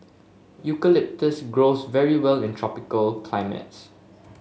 eucalyptus grows very well in tropical climates